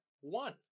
one